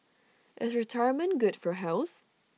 is retirement good for health